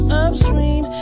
upstream